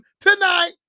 tonight